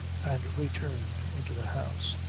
and returned into the house.